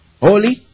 Holy